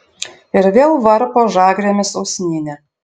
ir vėl varpo žagrėmis usnynę